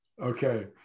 Okay